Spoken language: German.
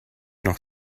noch